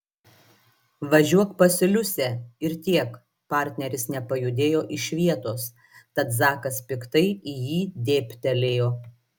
važiuok pas liusę ir tiek partneris nepajudėjo iš vietos tad zakas piktai į jį dėbtelėjo